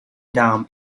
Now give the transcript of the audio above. dam